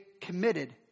committed